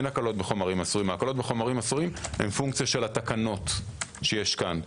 ההקלות בחומרים אסורים הם פונקציה של התקנות שיש פה.